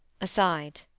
Aside